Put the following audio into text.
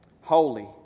Holy